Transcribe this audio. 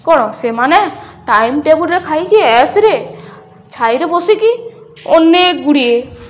କ'ଣ ସେମାନେ ଟାଇମ୍ ଟେବୁଲ୍ରେ ଖାଇକି ଛାଇରେ ବସିକି ଅନେକ ଗୁଡ଼ିଏ